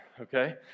okay